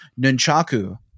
nunchaku